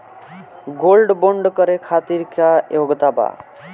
Gold bond करे खातिर का योग्यता बा?